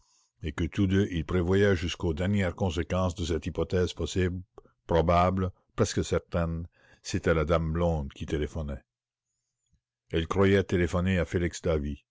et que tous deux ils prévoyaient jusqu'aux dernières conséquences de cette hypothèse possible probable presque certaine c'était la dame blonde qui téléphonait elle croyait téléphoner à